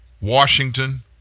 Washington